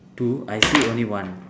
two I see only one